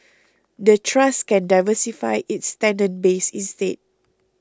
the trust can diversify its tenant base instead